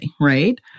right